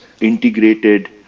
integrated